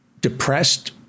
depressed